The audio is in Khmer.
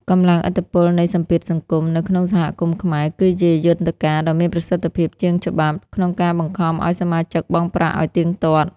កម្លាំងឥទ្ធិពលនៃ "សម្ពាធសង្គម" នៅក្នុងសហគមន៍ខ្មែរ គឺជាយន្តការដ៏មានប្រសិទ្ធភាពជាងច្បាប់ ក្នុងការបង្ខំឱ្យសមាជិកបង់ប្រាក់ឱ្យទៀងទាត់។